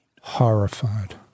Horrified